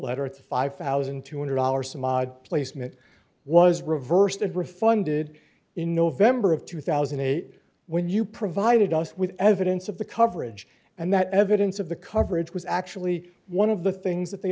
letter at the five thousand two hundred dollars some odd placement was reversed and refunded in november of two thousand and eight when you provided us with evidence of the coverage and that evidence of the coverage was actually one of the things that they